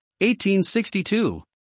1862